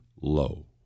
low